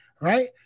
right